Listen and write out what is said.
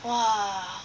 !wah!